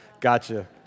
gotcha